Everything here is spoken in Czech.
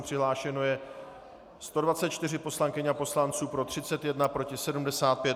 Přihlášeno je 124 poslankyň a poslanců, pro 31, proti 75.